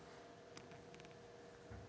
postal services కూడా ఏటీఎంలను నడుపుతున్నాయి